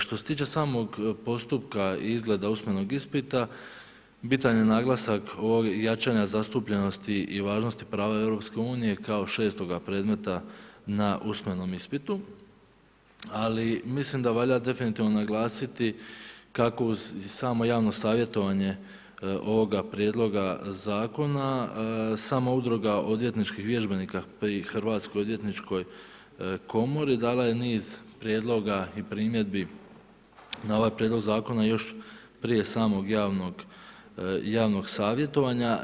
Što se tiče samog postupka i izgleda usmenog ispita, bitan je naglasak jačanja zastupljenosti i važnosti prava EU kao šestoga predmeta na usmenom ispitu, ali mislim da valja definitivno naglasiti kako i samo javno savjetovanje ovoga prijedloga zakona sama udruga odvjetničkih vježbenika pri Hrvatskoj odvjetničkoj komori dala je niz prijedloga i primjedbi na ovaj prijedlog zakona još prije samog javnog savjetovanja.